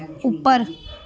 ਉੱਪਰ